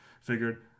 figured